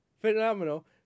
phenomenal